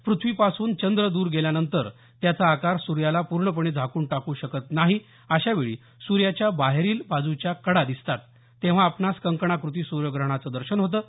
पृथवीपासून चंद्र दूर गेल्यानंतर त्याचा आकार सूर्याला पूर्णपणे झाकून टाकू शकत नाही अशावेळी सूर्याच्या बाहेरीला बाजूच्या कडा दिसतात तेव्हा आपणास कंकणाकृती सूर्यग्रहणाचं दर्शन होतं